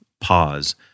pause